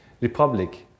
Republic